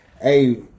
Hey